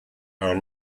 are